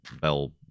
bell